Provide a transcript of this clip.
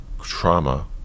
trauma